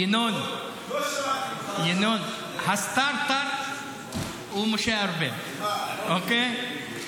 --- ינון, הסטרטר הוא משה ארבל, אוקיי?